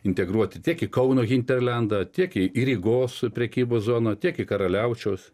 integruoti tiek į kauno hinterlendą tiek į rygos prekybos zoną tiek į karaliaučiaus